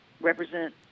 represent